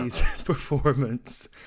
performance